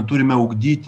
turime ugdyt